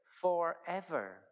forever